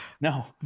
no